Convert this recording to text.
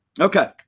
Okay